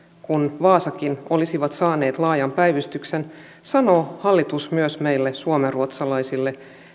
kuin vaasakin olisi saanut laajan päivystyksen sanoo hallitus myös meille suomenruotsalaisille